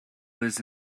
was